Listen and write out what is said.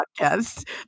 podcast